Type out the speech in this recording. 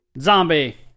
Zombie